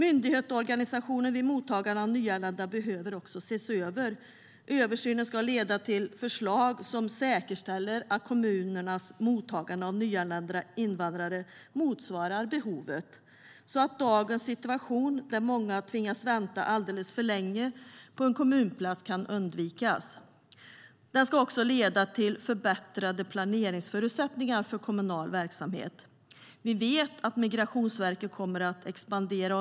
Myndighetsorganisationen vid mottagande av nyanlända behöver också ses över. Vi vet att Migrationsverket kommer att expandera.